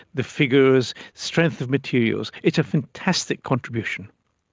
the figures, strength of materials, it's a fantastic contribution.